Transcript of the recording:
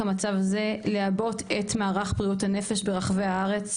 מצב זה לעבות את מערך בריאות הנפש ברחבי הארץ,